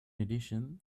addition